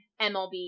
MLB